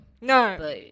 No